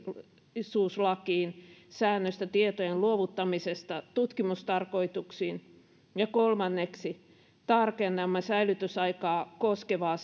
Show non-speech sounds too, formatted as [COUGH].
julkisuuslakiin säännöstä tietojen luovuttamisesta tutkimustarkoituksiin ja kolmanneksi tarkennamme säilytysaikaa koskevaa [UNINTELLIGIBLE]